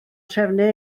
trefnu